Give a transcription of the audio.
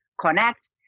connect